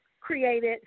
created